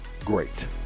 great